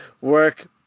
work